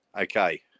okay